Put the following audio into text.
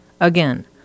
Again